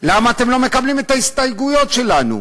למה אתם לא מקבלים את ההסתייגויות שלנו?